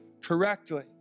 correctly